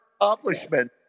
accomplishment